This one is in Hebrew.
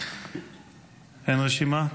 אין רשימה?